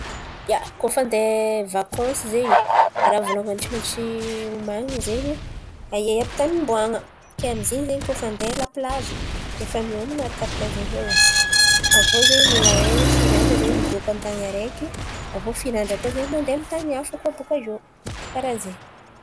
Ia, koa fa handeha vakansy zen̈y raha vônalohany tsy maintsy omanin̈y zen̈y aiaia àby tan̈y omboan̈a? Ke amy izy zen̈y koa fa handeha lapilazy efa mioman̈a arakaraka zen̈y koa zen̈y. Aviô zen̈y mila hay oe firy andra zen̈y midôko amy tan̈y araiky? Aviô firy andra koa zen̈y mandeha amy tan̈y hafa koa bòka iô? Karà zen̈y.